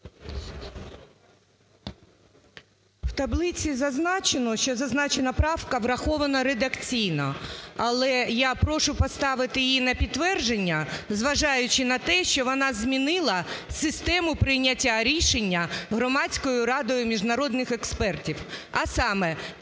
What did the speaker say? У таблиці зазначено, що зазначена правка врахована редакційно, але я прошу поставити її на підтвердження, зважаючи на те, що вона змінила систему прийняття рішення Громадською радою міжнародних експертів.